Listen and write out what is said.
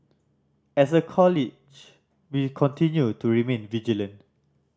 as a College we continue to remain vigilant